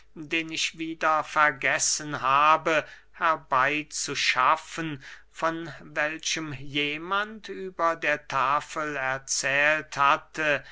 den ich wieder vergessen habe herbeyzuschaffen von welchem jemand über der tafel erzählt hatte